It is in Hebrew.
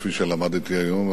כפי שלמדתי היום,